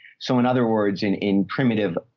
so in other words, in, in primitive,